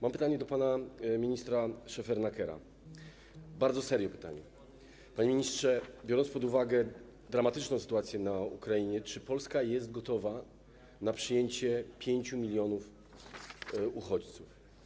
Mam pytanie do pana ministra Szefernakera, pytanie na bardzo serio: Panie ministrze, biorąc pod uwagę dramatyczną sytuację na Ukrainie, czy Polska jest gotowa na przyjęcie 5 mln uchodźców?